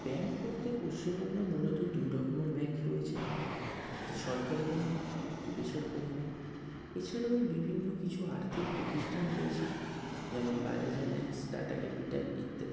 bank বলতে পশ্চিমবঙ্গে মূলত দুই রকমের ব্যাঙ্ক রয়েছে একটি সরকারি ব্যাঙ্ক অন্যটি বেসরকারি ব্যাঙ্ক এছাড়াও বিভিন্ন কিছু আর্থিক প্রতিষ্ঠান রয়েছে যেমন বাজাজ আলিয়াঞ্জ টাটা ক্যাপিটাল ইত্যাদি